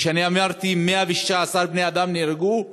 כשאמרתי ש-116 בני-אדם נהרגו,